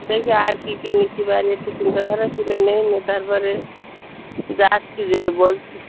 দেখি আর কী কী নিতে পারি একটু চিন্তাধারা করে নেই নি তারপরে যাচ্ছি যেয়ে বলছি